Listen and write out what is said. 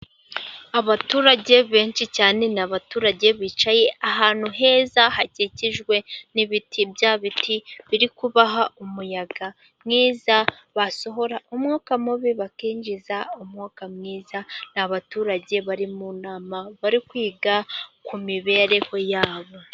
Abaturage benshi cyane, ni abaturage bicaye ahantu heza hakikijwe n'ibiti, bya biti biri kubaha umuyaga mwiza, basohora umwuka mubi, bakinjiza umwuka mwiza, ni abaturage bari mu nama bari kwiga ku mibereho yabo.